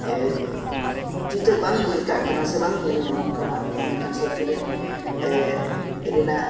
ᱮᱫ ᱪᱤᱛᱟᱹᱨ ᱵᱟᱝ ᱡᱷᱟᱹᱠᱟᱜ ᱠᱟᱱᱟ ᱥᱮ ᱵᱟᱝ ᱧᱮᱞ ᱧᱟᱢᱚᱜ ᱠᱟᱱᱟ ᱢᱮᱱᱠᱷᱟᱱ ᱥᱚᱛ ᱪᱩᱨᱤᱛ ᱨᱮᱱᱟᱜ